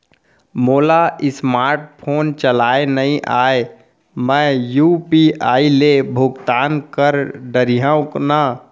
मोला smartphone चलाए नई आए मैं यू.पी.आई ले भुगतान कर डरिहंव न?